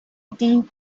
think